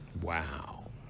Wow